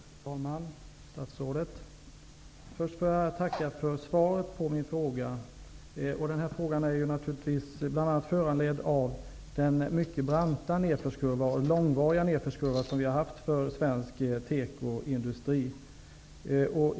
Herr talman! Statsrådet! Först vill jag tacka för svaret på min fråga. Den här frågan är naturligtvis bl.a. föranledd av den mycket branta och långvariga nedförskurva som vi har haft för svensk tekoindustri.